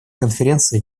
конференции